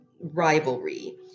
rivalry